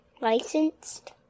Licensed